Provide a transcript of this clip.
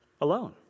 alone